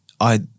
I-